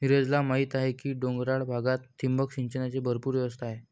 नीरजला माहीत आहे की डोंगराळ भागात ठिबक सिंचनाची भरपूर व्यवस्था आहे